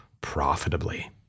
profitably